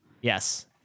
Yes